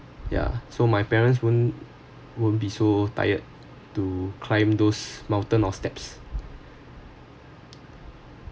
ya so my parents won't won't be so tired to climb those mountain or steps